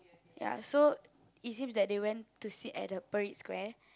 ya so it seems that they went to sit at the Parade Square